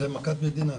זו מכת מדינה.